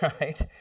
Right